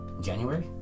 January